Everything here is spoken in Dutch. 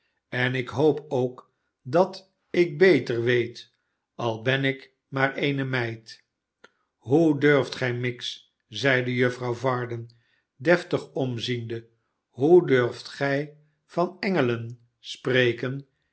en ik hoop k dat ik beter weet al ben ik maar eene meid hoe durft gij miggs zeide juffrouw varden deftig omziende rhoe durft gij van engelen spreken